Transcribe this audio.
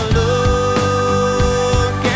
look